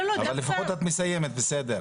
אז לפחות את מסיימת, בסדר.